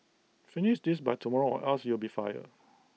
finish this by tomorrow or else you'll be fired